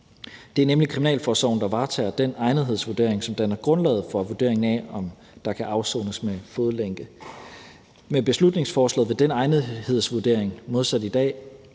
Det er nemlig kriminalforsorgen, der varetager den egnethedsvurdering, som danner grundlaget for vurderingen af, om der kan afsones med fodlænke. Med beslutningsforslaget vil denne egnethedsvurdering modsat i dag